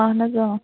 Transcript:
اَہَن حظ